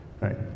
right